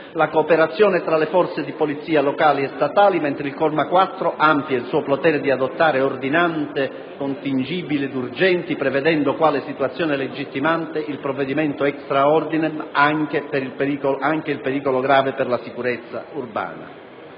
la cooperazione tra le forze di polizia locali e statali, mentre il comma 4 amplia il suo potere di adottare ordinanze contingibili ed urgenti, prevedendo quale situazione legittimante il provvedimento *extra ordinem* anche il pericolo grave per la sicurezza urbana.